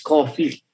Coffee